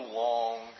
long